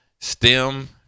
stem –